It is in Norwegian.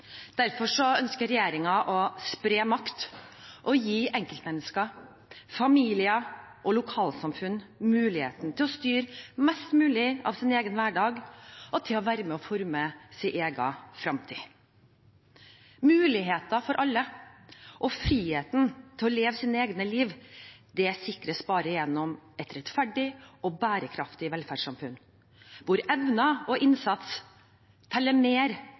Derfor ønsker regjeringen å spre makt og gi enkeltmennesker, familier og lokalsamfunn muligheten til å styre mest mulig av sin egen hverdag og til å være med og forme sin egen framtid. Muligheter for alle og friheten til å leve sitt eget liv sikres bare gjennom et rettferdig og bærekraftig velferdssamfunn, hvor evner og innsats teller mer